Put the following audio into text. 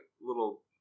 little